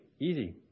Easy